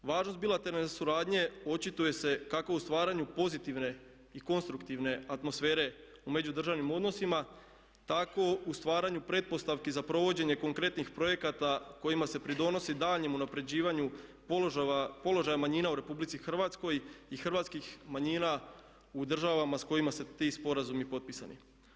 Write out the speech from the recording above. Važnost bilateralne suradnje očituje se kako u stvaranju pozitivne i konstruktivne atmosfere u međudržavnim odnosima tako u stvaranju pretpostavki za provođenje konkretnih projekata kojima se pridonosi daljnjem unapređivanju položaja manjina u Republici Hrvatskoj i hrvatskih manjina u državama s kojima su ti sporazumi potpisani.